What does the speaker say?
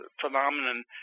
phenomenon